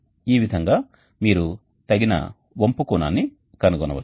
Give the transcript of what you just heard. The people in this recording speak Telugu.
ఈ విధంగా మీరు తగిన వంపు కోణాన్ని కనుగొనవచ్చు